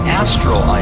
astral